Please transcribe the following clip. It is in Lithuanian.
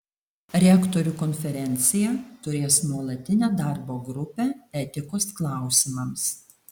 rektorių konferencija turės nuolatinę darbo grupę etikos klausimams